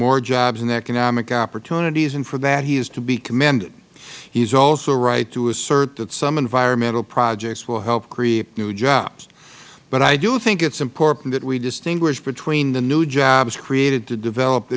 more jobs and economic opportunities and for that he is to be commended he is also right to assert that some environmental projects will help create new jobs but i do think it is important that we distinguish between the new jobs created to develop